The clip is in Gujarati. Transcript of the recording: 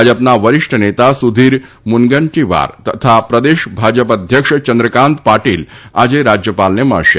ભાજપના વરિષ્ઠ નેતા સુધીર મુનગંટીવાર તથા પ્રદેશ ભાજપ અધ્યક્ષ ચંદ્રકાન્ત પાટીલ આજે રાજ્યપાલને મળશે